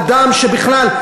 אדם שבכלל,